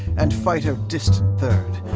and fighter distant third.